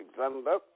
Alexander